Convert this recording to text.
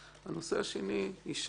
הנושא השני יישאר,